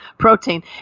protein